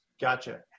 Gotcha